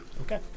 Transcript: Okay